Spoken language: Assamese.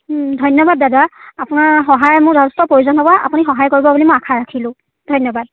ধন্যবাদ দাদা আপোনাৰ সহায়ৰ মোক যথেষ্ট প্ৰয়োজন হ'ব আপুনি সহায় কৰিব বুলি মই আশা ৰাখিলোঁ ধন্যবাদ